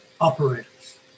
operators